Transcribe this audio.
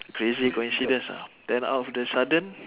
crazy coincidence ah then out of the sudden